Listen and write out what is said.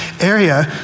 area